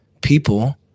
people